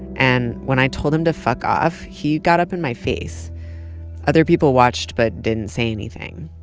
and when i told him to fuck off, he got up in my face other people watched but didn't say anything.